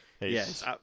Yes